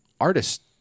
artist